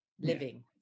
living